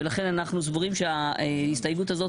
ולכן אנחנו סבורים שההסתייגות הזאת,